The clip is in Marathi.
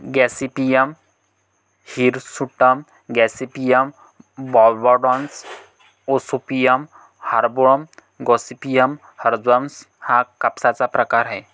Gossypium hirsutum, gossypium barbadense, gossypium arboreum, gossypium herbaceum हा कापसाचा प्रकार आहे